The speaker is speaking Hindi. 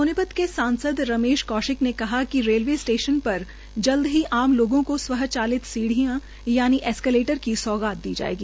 सोनीपत के सांसद रमेश कौशिक ने कहा है कि रेलवे स्टेशन पर जल्द ही आम लोगों केा स्व चलित सीधीयों यानि एस्केलेटर की सौगात दी जायेगी